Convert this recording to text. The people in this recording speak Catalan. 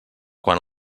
quan